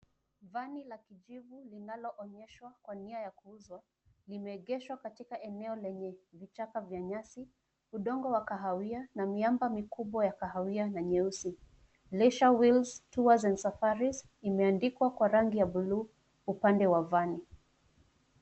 Vani la kijivu linalo onyeshwa kwa nia ya kuuzwa limeegeshwa katika eneo lenye vichaka vya nyasi udongo wa kahawia na miamba mikubwa ya kahawia na nyeusi. Lesiure wheels tours and safaris imeandikwa kwa rangi ya bluu upande wa Vani .